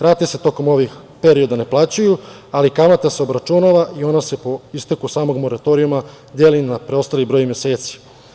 Rate se tokom ovih perioda ne plaćaju, ali kamata se obračunava i ona se po isteku samog moratorijuma deli na preostali broj meseci.